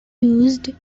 used